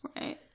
Right